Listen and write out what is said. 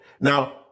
Now